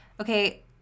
Okay